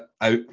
out